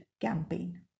campaign